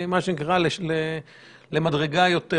המספרים לא השתנו דרמטית, הם אפילו קצת